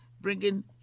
bringing